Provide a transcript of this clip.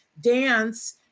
dance